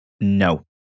No